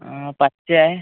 पाचशे आहे